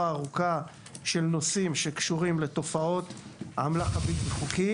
ארוכה של נושאים שקשורים לתופעות האמל"ח הבלתי חוקי.